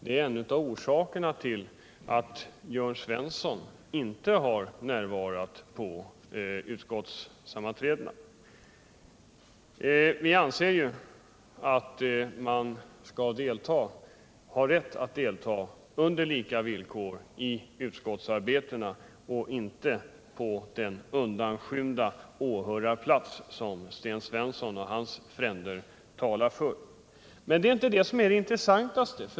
Det är en av orsakerna till att Jörn Svensson inte har närvarit vid utskottssammanträdena. Vi anser ju att man har rätt att delta på lika villkor i utskottsarbetet och inte på den undanskymda åhörarplats som Sten Svensson och hans fränder talar för. Men det är inte det som är det intressantaste.